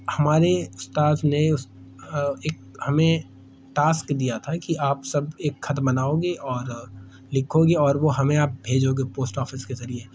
ہمارے استاذ نے اس ایک ہمیں ٹاسک دیا تھا کہ آپ سب ایک خط بناؤگے اور لکھوگے اور وہ ہمیں آپ بھیجوگے پوسٹ آفس کے ذریعے